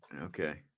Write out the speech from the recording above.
Okay